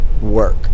work